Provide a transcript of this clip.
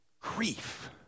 grief